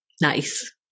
Nice